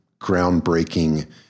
groundbreaking